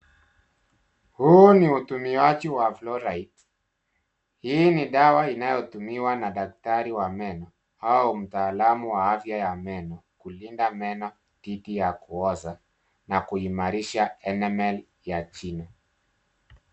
Huu ni utumiaji wa fluoride .Hii ni dawa inayotumiwa na daktari wa meno au mtaalamu wa afya ya meno kulinda meno dhidi ya kuoza na kuimarisha enamel ya chini.